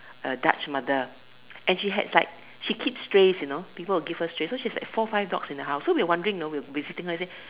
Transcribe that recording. a Dutch mother and she had like she keeps strays you know people will give her stray so she's like four five dogs in her house so we're wondering you know we sitting there and say